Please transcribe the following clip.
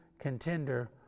contender